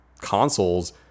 consoles